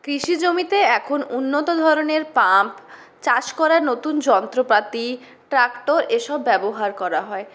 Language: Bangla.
কৃষি জমিতে এখন উন্নত ধরনের পাম্প চাষ করার নতুন যন্ত্রপাতি ট্রাক্টর এসব ব্যবহার করা হয়